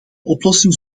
oplossing